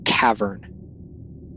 cavern